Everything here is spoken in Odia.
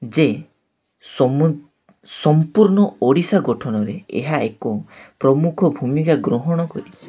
ଯେ ସମ୍ପୂର୍ଣ୍ଣ ଓଡ଼ିଶା ଗଠନରେ ଏହା ଏକ ପ୍ରମୁଖ ଭୂମିକା ଗ୍ରହଣ କରିଛିି